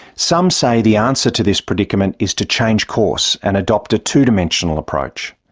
some say the answer to this predicament is to change course and adopt a two-dimensional approach.